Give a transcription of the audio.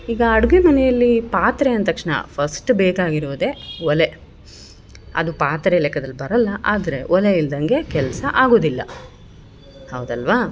ಈಗ ಅಡುಗೆ ಮನೆಯಲ್ಲಿ ಪಾತ್ರೆ ಅಂದ ತಕ್ಷ್ಣ ಫಸ್ಟ್ ಬೇಕಾಗಿರೋದೆ ಒಲೆ ಅದು ಪಾತ್ರೆ ಲೆಕ್ಕದಲ್ಲಿ ಬರಲ್ಲ ಆದರೆ ಒಲೆ ಇಲ್ದಂಗೆ ಕೆಲಸ ಆಗುದಿಲ್ಲ ಹೌದಲ್ಲವಾ